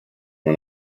una